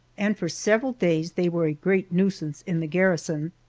and for several days they were a great nuisance in the garrison.